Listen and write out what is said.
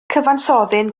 cyfansoddyn